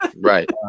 right